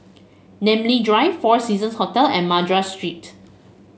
Namly Drive Four Seasons Hotel and Madras Street